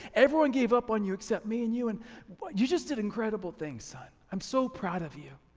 everyone gave up on you except me and you and but you just did incredible things son, i'm so proud of you.